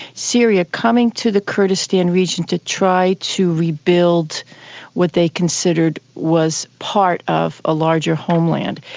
syria, coming to the kurdistan region to try to rebuild what they considered was part of a larger homeland,